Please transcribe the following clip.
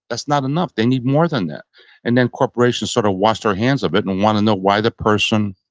that's not enough. they need more than that and then, corporations sort of wash their hands of it and want to know why the person